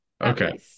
Okay